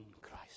Christ